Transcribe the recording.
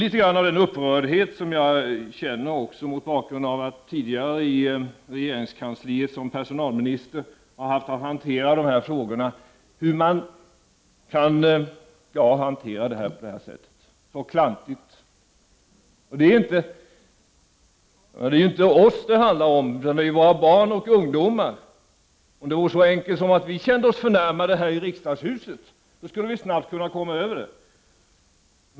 Litet grand av den här upprördheten känner jag också mot bakgrund av att jag tidigare i regeringskansliet som personalminister haft att hantera de här frågorna. Hur kan man hantera denna fråga på sådant sätt — så klantigt? Det är inte oss det handlar om utan våra barn och ungdomar. Om det vore så enkelt att det var vi i riksdagshuset som kände oss förnärmade, skulle vi snabbt kunna komma över det.